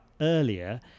earlier